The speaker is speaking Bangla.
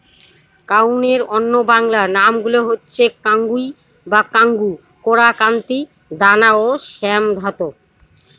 কাউনের অন্য বাংলা নামগুলো হচ্ছে কাঙ্গুই বা কাঙ্গু, কোরা, কান্তি, দানা ও শ্যামধাত